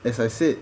as I said